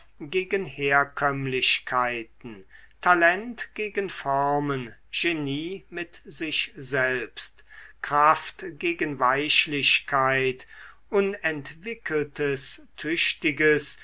gegen herkömmlichkeiten talent gegen formen genie mit sich selbst kraft gegen weichlichkeit unentwickeltes tüchtiges